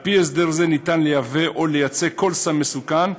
על-פי הסדר זה אפשר לייבא או לייצא כל סם מסוכן,